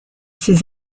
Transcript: ses